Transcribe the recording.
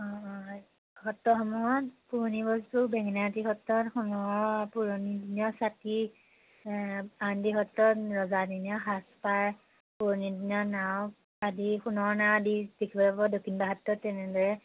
অঁ অঁ সত্ৰসমূহত পুৰণি বস্তু বেঙেনাআটী সত্ৰত সোণৰ পুৰণিদিনীয়া ছাতি আউনীআটী সত্ৰত ৰজাদিনীয়া সাজপাৰ পুৰণিদিনীয়া নাও আদি সোণৰ নাও আদি দেখিবলৈ পাব দক্ষিণপাত সত্ৰত তেনেদৰে